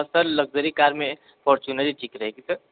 sir luxury car में Fortuner ही ठीक रहेगी सर